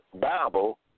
Bible